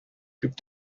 күп